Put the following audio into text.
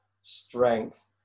strength